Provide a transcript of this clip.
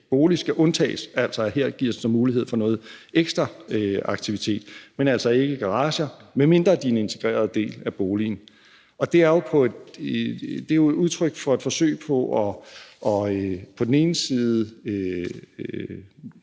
bolig skal undtages; at der altså her gives mulighed for noget ekstra aktivitet. Men det gælder altså ikke i garager, medmindre de er en integreret del af boligen. Det er jo et udtryk for et forsøg på på den ene side